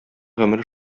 гомере